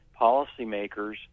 policymakers –